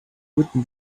written